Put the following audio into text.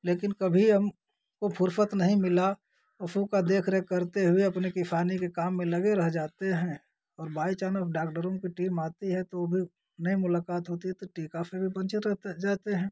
लेकिन कभी हम को फुरसत नहीं मिला पशु का देख रेख करते हुए अपने किसानी के काम में लगे रह जाते हैं और बाई चानब डाक्टरों की टीम आती है तो वो भी नहीं मुलाकात होती है तो टीका से भी रहते हैं जाते हैं